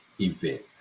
event